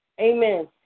amen